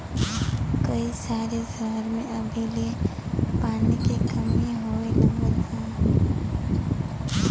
कई सारे सहर में अभी ले पानी के कमी होए लगल हौ